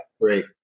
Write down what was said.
Great